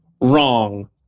wrong